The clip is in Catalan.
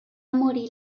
morir